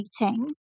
meeting